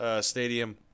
Stadium